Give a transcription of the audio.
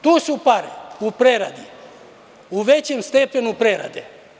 Tu su pare u preradi, u većem stepenu prerade.